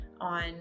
On